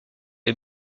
les